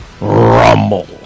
RUMBLE